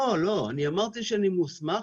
לא, לא, אני אמרתי שאני מוסמך.